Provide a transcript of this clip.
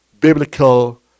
biblical